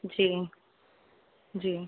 ਜੀ ਜੀ